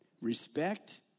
respect